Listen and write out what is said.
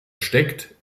steckt